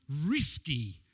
risky